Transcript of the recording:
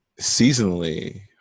seasonally